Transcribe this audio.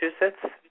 Massachusetts